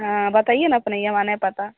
हँ बताइऐ ने अपने ई हमरा नहि पता